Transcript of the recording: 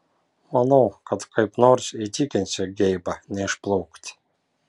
maniau kad kaip nors įtikinsiu geibą neišplaukti